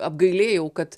apgailėjau kad